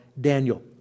Daniel